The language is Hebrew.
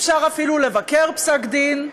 אפשר אפילו לבקר פסק-דין,